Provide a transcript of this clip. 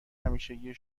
همیشگی